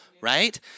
right